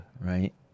right